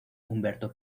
humberto